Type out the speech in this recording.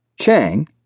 Chang